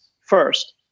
first